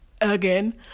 again